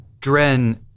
Dren